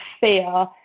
fear